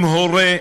אם הורה,